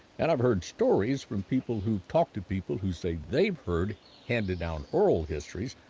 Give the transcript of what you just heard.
and i've heard stories from people who talked to people who say they've heard handed down oral histories.